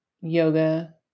yoga